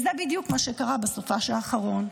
זה בדיוק מה שקרה בסופ"ש האחרון.